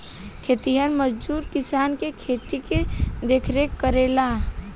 खेतिहर मजदूर किसान के खेत के देखरेख करेला